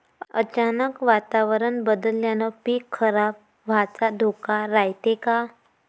अचानक वातावरण बदलल्यानं पीक खराब व्हाचा धोका रायते का?